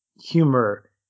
humor